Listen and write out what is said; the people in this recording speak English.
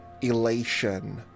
elation